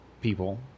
people